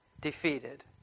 defeated